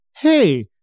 hey